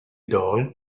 doll